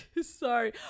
Sorry